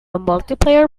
multiplayer